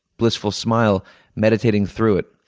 blissful smile meditating through it.